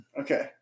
Okay